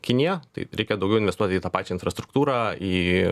kinija tai reikia daugiau investuoti į tą pačią infrastruktūrą į